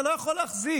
זה לא יכול להחזיק.